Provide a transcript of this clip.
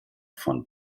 von